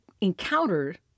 encountered